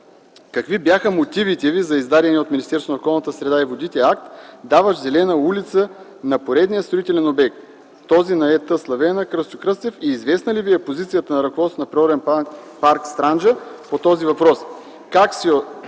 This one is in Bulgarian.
Какви бяха мотивите Ви за издадения от Министерството на околната среда и водите акт, даващ зелена улица на поредния строителен обект – този на ЕТ „Славена – Кръстю Кръстев”, и известна ли Ви е позицията на ръководството на Природен парк „Странджа” по този въпрос? Как се съотнасят